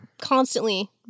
constantly